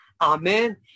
Amen